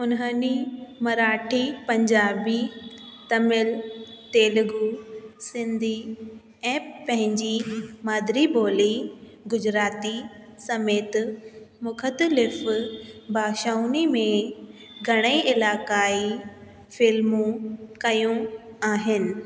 उन्हनि मराठी पंजाबी तमिल तेलुगु सिंधी ऐं पंहिंजी मादरी ॿोली गुजराती समेत मुख़्तलिफ़ भाषाउनि में घणई इलाक़ाई फ़िल्मूं कयूं आहिनि